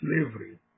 slavery